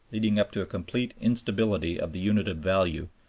leading up to a complete instability of the unit of value,